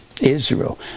Israel